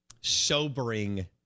sobering